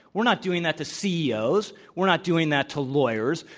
we're not doing that to ceos. we're not doing that to lawyers.